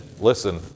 listen